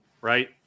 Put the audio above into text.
right